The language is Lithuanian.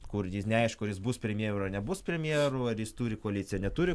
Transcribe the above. kur jis neaišku ar jis bus premjeru ar nebus premjeru ar jis turi koaliciją neturi